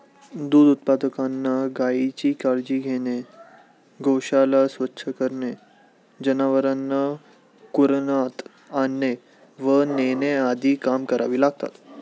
दूध उत्पादकांना गायीची काळजी घेणे, गोशाळा स्वच्छ करणे, जनावरांना कुरणात आणणे व नेणे आदी कामे करावी लागतात